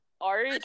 art